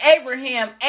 Abraham